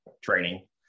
Training